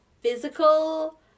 physical